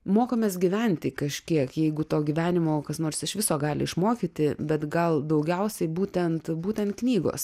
mokomės gyventi kažkiek jeigu to gyvenimo kas nors iš viso gali išmokyti bet gal daugiausiai būtent būtent knygos